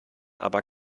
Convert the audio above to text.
aber